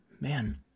man